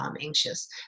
anxious